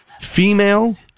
female